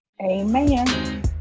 Amen